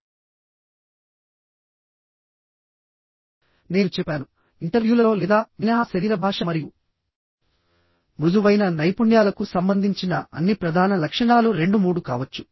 ఈ సందర్భంలో నేను మీకు చెప్పాను ఇంటర్వ్యూలలో లేదా మినహా శరీర భాష మరియు మృదువైన నైపుణ్యాలకు సంబంధించిన అన్ని ప్రధాన లక్షణాలు రెండు మూడు కావచ్చు